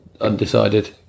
undecided